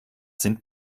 sind